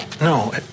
no